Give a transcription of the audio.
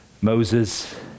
Moses